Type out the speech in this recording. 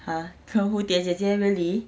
!huh! 跟蝴蝶姐姐 really